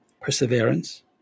perseverance